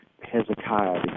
Hezekiah